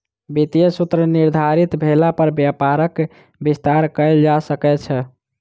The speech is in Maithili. वित्तीय सूत्र निर्धारित भेला पर व्यापारक विस्तार कयल जा सकै छै